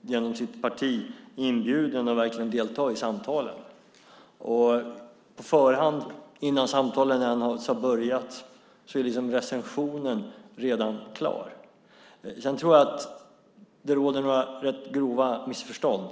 genom sitt parti inbjuden att verkligen delta i samtalen. Innan samtalen ens har börjat är recensionen redan klar. Jag tror att det råder några rätt grova missförstånd.